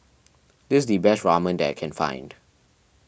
this is the best Ramen that I can find